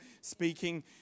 speaking